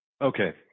Okay